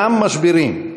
וגם ממשברים,